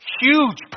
huge